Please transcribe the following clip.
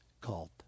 called